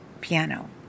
piano